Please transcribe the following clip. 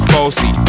Bossy